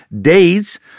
days